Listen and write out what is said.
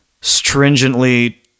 stringently